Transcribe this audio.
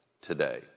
today